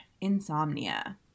insomnia